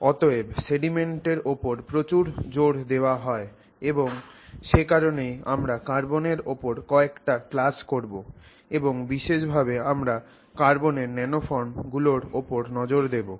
অতএব সেডিমেন্ট এর উপর প্রচুর জোর দেওয়া হয় এবং সে কারণেই আমরা কার্বনের ওপর কয়েকটা ক্লাস করব এবং বিশেষ ভাবে আমরা কার্বনের ন্যানোফর্ম গুলোর ওপর নজর দেবো